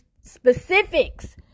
specifics